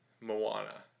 Moana